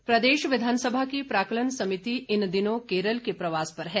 समिति प्रदेश विधानसभा की प्राक्कलन समिति इन दिनों केरल के प्रवास पर है